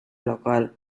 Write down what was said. local